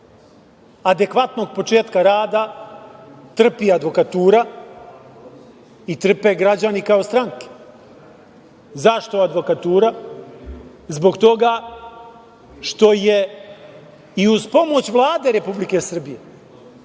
adekvatnog početka rada trpi advokatura i trpe građani kao stranke. Zašto advokatura? Zbog toga što je i uz pomoć Vlade Republike Srbije,